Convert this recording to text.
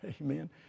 Amen